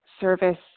service